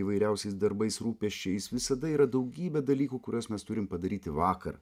įvairiausiais darbais rūpesčiais visada yra daugybė dalykų kuriuos mes turim padaryti vakar